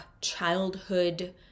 childhood